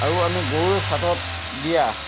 আৰু আমি গৰুৰ ছাটত দিয়া